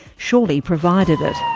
surely provided it.